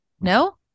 No